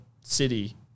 city